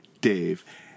Dave